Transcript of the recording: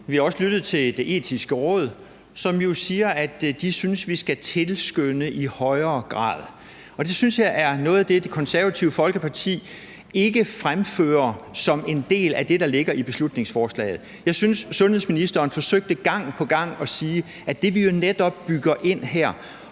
Vi har også lyttet til Det Etiske Råd, som jo siger, at de synes, vi skal tilskynde i højere grad. Det synes jeg er noget af det, Det Konservative Folkeparti ikke fremfører som en del af det, der ligger i beslutningsforslaget. Jeg synes, sundhedsministeren gang på gang forsøgte at sige, at vi netop bygger det ind her,